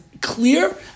clear